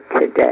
today